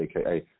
aka